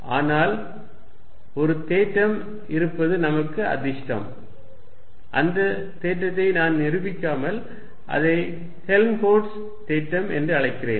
ஆனால் ஒரு தேற்றம் இருப்பது நமக்கு அதிர்ஷ்டம் அந்த தேற்றத்தை நான் நிரூபிக்காமல் அதை ஹெல்ம்ஹோல்ட்ஸ் தேற்றம் என்று அழைக்கிறேன்